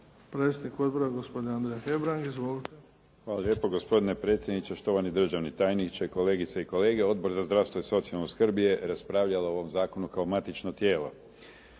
predsjednik odbora gospodin Andrija Hebrang. Izvolite. **Hebrang, Andrija (HDZ)** Hvala lijepo. Gospodine predsjedniče, štovani državni tajniče, kolegice i kolege. Odbor za zdravstvo i socijalnu skrb je raspravljao o ovom zakonu kao matično tijelo.